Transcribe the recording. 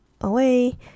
away